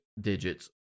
digits